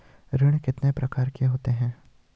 ऋण कितने प्रकार के होते हैं?